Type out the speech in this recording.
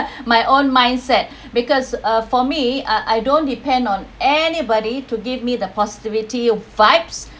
my own mindset because uh for me uh I don't depend on anybody to give me the positivity vibes